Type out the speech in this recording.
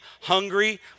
hungry